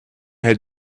had